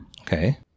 Okay